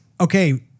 okay